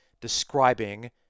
describing